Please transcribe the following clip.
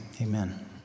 Amen